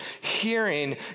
hearing